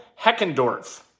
Heckendorf